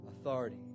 authority